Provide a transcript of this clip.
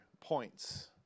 points